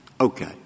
Okay